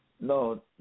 No